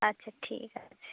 আচ্ছা ঠিক আছে